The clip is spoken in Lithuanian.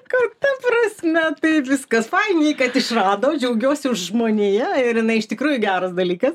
kad ta prasme taip viskas fainiai kad išrado džiaugiuosi žmonija ir jinai iš tikrųjų geras dalykas